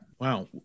Wow